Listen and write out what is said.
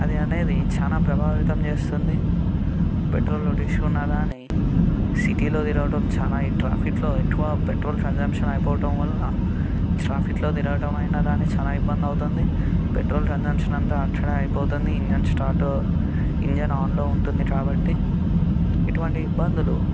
అది అనేది చాలా ప్రభావితం చేస్తుంది పెట్రోల్ కొట్టించుకున్న కానీ సిటీలో తిరగడం చాలా ఈ ట్రాఫిక్లో ఎక్కువ పెట్రోల్ కన్జంప్షన్ అయిపోవడం వలన ట్రాఫిక్లో తిరగటం అయినా కానీ చాలా ఇబ్బంది అవుతుంది పెట్రోల్ కన్జంప్షన్ అంతా అక్కడే అయిపోతుంది ఇంజన్ స్టార్ట్ ఇంజన్ ఆన్లో ఉంటుంది కాబట్టి ఇటువంటి ఇబ్బందులు